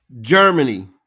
Germany